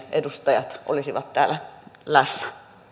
edustajat olisivat täällä läsnä